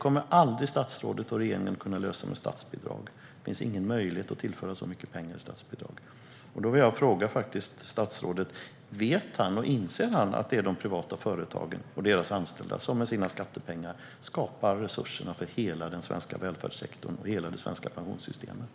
Detta kommer statsrådet och regeringen aldrig att kunna lösa med statsbidrag. Det finns ingen möjlighet att tillföra så mycket pengar i statsbidrag. Vet och inser statsrådet att det är de privata företagen och deras anställda som med sina skattepengar skapar resurserna för hela den svenska välfärdssektorn och hela det svenska pensionssystemet?